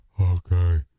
Okay